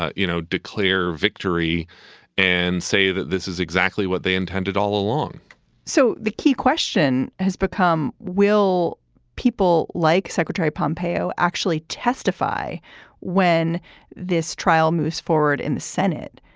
ah you know, declare victory and say that this is exactly what they intended all along so the key question has become, will people like secretary pompeo actually testify when this trial moves forward in the senate?